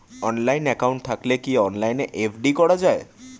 Online account থাকলে কি অনলাইনে এফ.ডি করা যায়?